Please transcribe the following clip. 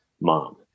Mom